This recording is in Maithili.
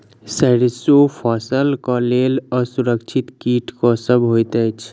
सैरसो फसल केँ लेल असुरक्षित कीट केँ सब होइत अछि?